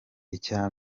icya